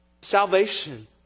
Salvation